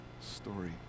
story